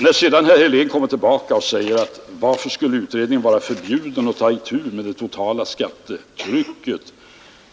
Sedan kommer herr Helén tillbaka och säger: Varför skulle utredningen vara förbjuden att ta itu med det totala skattetrycket?